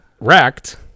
wrecked